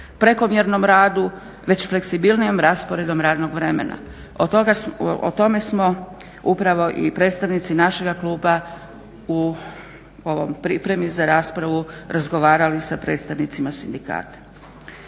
prekomjernom radu već fleksibilnijem rasporedu radnog vremena. O tome smo upravo i predstavnici našega kluba u ovoj pripremi za raspravu razgovarali sa predstavnicima sindikata.